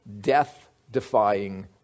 death-defying